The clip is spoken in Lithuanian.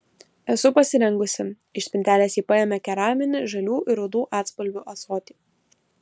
esu pasirengusi iš spintelės ji paėmė keraminį žalių ir rudų atspalvių ąsotį